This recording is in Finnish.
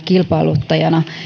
kilpailuttajana